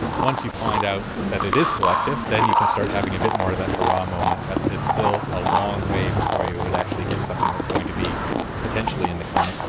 once you find out that it is selective, then you can start having a bit more of that hurrah moment. but it's still a long way before you would actually get something that's going to be potentially in the clinic.